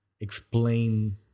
explain